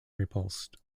repulsed